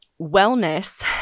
wellness